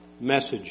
message